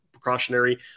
precautionary